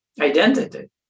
identity